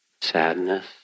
Sadness